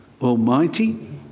almighty